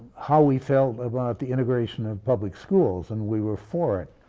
how we felt about the integration of public schools and we were for it,